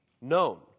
known